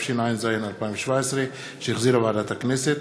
התשע"ז 2017, שהחזירה ועדת הכנסת.